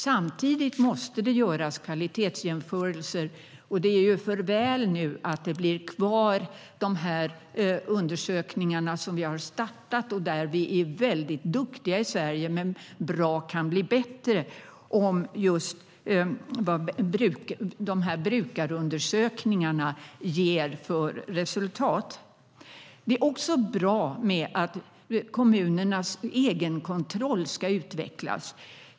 Samtidigt måste det göras kvalitetsjämförelser. Det är för väl att de undersökningar som vi har startat nu blir kvar. Vi är duktiga i Sverige, men bra kan bli bättre. Vi får se vad dessa brukarundersökningar ger för resultat. Det är också bra att kommunernas egenkontroll ska utvecklas.